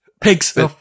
Pigs